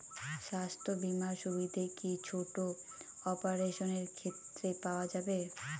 স্বাস্থ্য বীমার সুবিধে কি ছোট অপারেশনের ক্ষেত্রে পাওয়া যাবে?